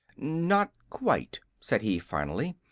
not quite, said he, finally.